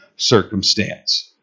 Circumstance